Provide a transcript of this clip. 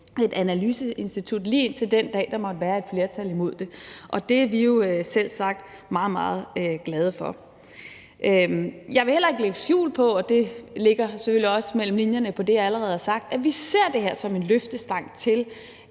et analyseinstitut lige indtil den dag, der måtte være et flertal imod det. Og det er vi jo selvsagt meget, meget glade for. Jeg vil heller ikke lægge skjul på, og det står selvfølgelig også mellem linjerne i det, jeg allerede har sagt, at vi ser det her som en løftestang til